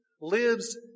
Lives